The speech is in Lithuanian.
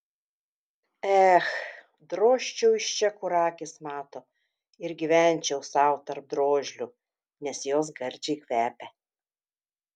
ech drožčiau iš čia kur akys mato ir gyvenčiau sau tarp drožlių nes jos gardžiai kvepia